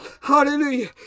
Hallelujah